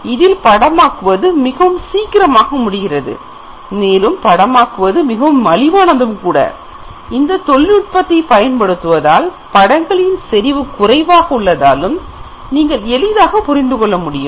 இதில் படமாக்குவது மிகவும் சீக்கிரமாக முடிகிறது மேலும் படமாக்குவது மிகவும் மலிவானது கூட இந்த தொழில்நுட்பத்தை பயன்படுத்துவதால் படங்களின் செறிவு குறைவாக உள்ளதாலும் நீங்கள் எளிதாக புரிந்துகொள்ள முடியும்